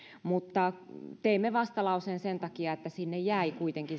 mutta teimme vastalauseen sen takia että sinne jäi kuitenkin